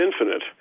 infinite